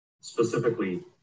specifically